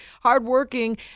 hardworking